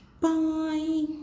Bye